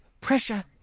Pressure